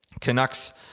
Canucks